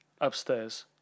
upstairs